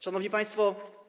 Szanowni Państwo!